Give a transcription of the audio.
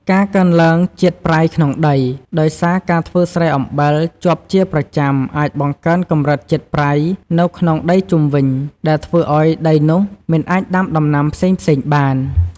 ការកើនឡើងជាតិប្រៃក្នុងដី ដោយសារការធ្វើស្រែអំបិលជាប់ជាប្រចាំអាចបង្កើនកម្រិតជាតិប្រៃនៅក្នុងដីជុំវិញ ដែលធ្វើឱ្យដីនោះមិនអាចដាំដំណាំផ្សេងៗបាន។